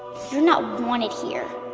you're not wanted here.